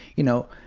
you know,